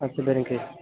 اچھا بیرنگ کے